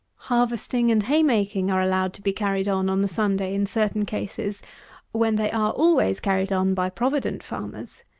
harvesting and haymaking are allowed to be carried on on the sunday, in certain cases when they are always carried on by provident farmers.